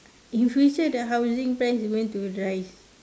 in future the housing price is going to rise